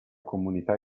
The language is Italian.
comunità